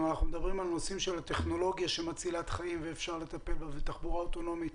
אנחנו גם מדברים על נושאים של טכנולוגיה מצילת חיים ותחבורה אוטונומית,